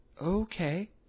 Okay